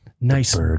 nice